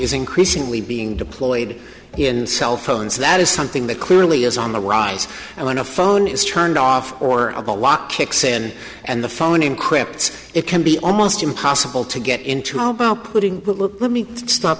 is increasingly being deployed in cellphones that is something that clearly is on the rise and when a phone is turned off or a law kicks in and the phone encrypt it can be almost impossible to get into all about putting let me st